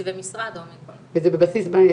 מתקציבי משרד או מ וזה בבסיס ב-2022?